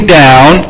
down